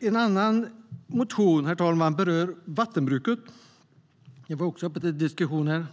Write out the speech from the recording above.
Herr talman! Några motioner berör också vattenbruket, vilket även har varit uppe till diskussion.